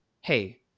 Hey